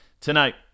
tonight